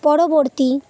পরবর্তী